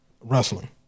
wrestling